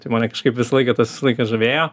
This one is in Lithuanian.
tai mane kažkaip visą laiką tas visąlaik žavėjo